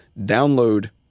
download